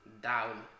down